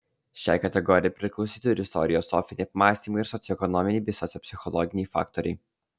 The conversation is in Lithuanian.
šiai kategorijai priklausytų ir istoriosofiniai apmąstymai ir socioekonominiai bei sociopsichologiniai faktoriai